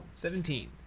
Seventeen